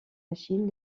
chine